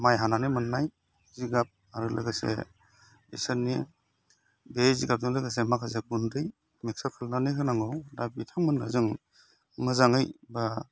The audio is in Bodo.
माइ हानानै मोननाय जिगाब आरो लोगोसे बिसोरनि बै जिगाबजों लोगोसे माखासे गुन्दै मिक्सार खालामनानै होनांगौ दा बिथांमोनजों मोजाङै बा